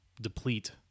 deplete